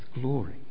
glory